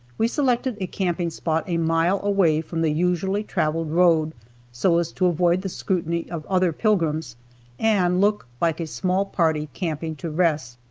we selected a camping spot a mile away from the usually traveled road so as to avoid the scrutiny of other pilgrims and look like a small party camping to rest.